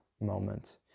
moment